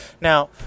now